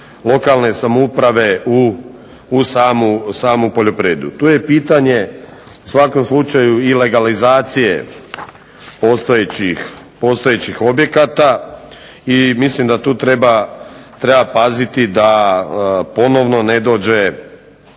lokalne samouprave u samu poljoprivredu. Tu je pitanje u svakom slučaju legalizacije postojećih objekata i mislim da tu treba paziti da ponovno ne dođe